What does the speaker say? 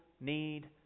need